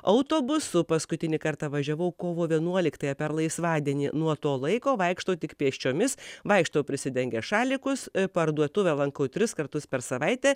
autobusu paskutinį kartą važiavau kovo vienuoliktąją per laisvadienį nuo to laiko vaikštau tik pėsčiomis vaikštau prisidengęs šalikus parduotuvę lanku tris kartus per savaitę